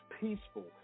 peaceful